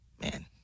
Man